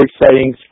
exciting